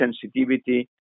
sensitivity